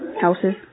Houses